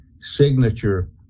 signature